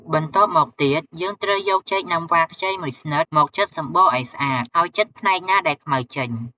បន្ទាប់មកទៀត យើងត្រូវយកចេកណាំវ៉ាខ្ចីមួយស្និតមកចិតសំបកឱ្យស្អាត ហើយចិតផ្នែកណាដែលខ្មៅចេញ។